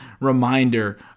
reminder